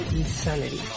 insanity